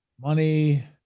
Money